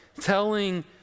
telling